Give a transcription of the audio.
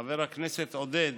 חבר הכנסת עודד,